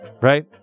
Right